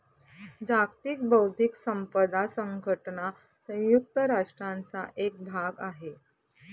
जागतिक बौद्धिक संपदा संघटना संयुक्त राष्ट्रांचा एक भाग आहे